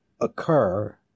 occur